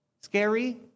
Scary